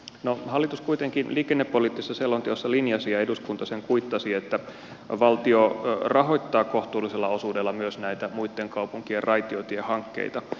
no hallitus kuitenkin liikennepoliittisessa selonteossa linjasi ja eduskunta sen kuittasi että valtio rahoittaa kohtuullisella osuudella myös näitä muitten kaupunkien raitiotiehankkeita